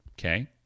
Okay